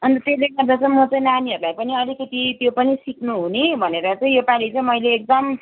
अनि त्यसले गर्दा चाहिँ म चाहिँ नानीहरूलाई पनि अलिकति त्यो पनि सिक्नु हुने भनेर चाहिँ यो पालि चाहिँ मैले एकदम